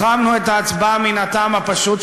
החרמנו את ההצבעה מן הטעם הפשוט,